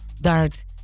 Dart